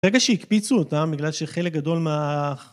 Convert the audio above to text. ברגע שהקפיצו אותם, בגלל שחלק גדול מהח...